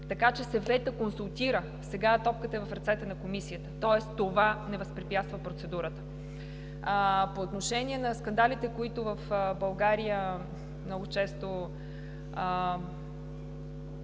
така че Съветът консултира. Сега топката е в ръцете на Комисията, тоест това не възпрепятства процедурата. По отношение на скандалите, които в България много често